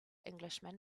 englishman